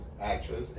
actress